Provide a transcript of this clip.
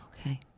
Okay